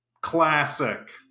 Classic